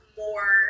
more